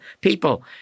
people